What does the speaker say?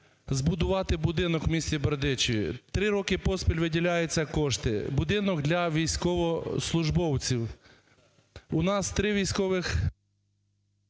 збудувати будинок в місті Бердичеві. Три роки поспіль виділяються кошти, будинок для військовослужбовців. У нас три військових…